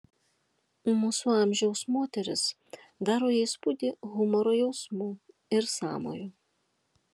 mūsų amžiaus moteris daro įspūdį humoro jausmu ir sąmoju